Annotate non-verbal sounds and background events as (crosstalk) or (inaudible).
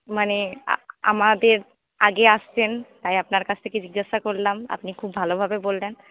মানে (unintelligible) আমাদের আগে আসছেন তাই আপনার কাছ থেকে জিজ্ঞাসা করলাম আপনি খুব ভালোভাবে বললেন